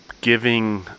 giving